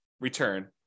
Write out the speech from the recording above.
return